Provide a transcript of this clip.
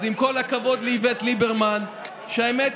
אז עם כל הכבוד לאיווט ליברמן, האמת,